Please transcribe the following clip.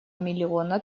миллиона